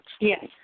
Yes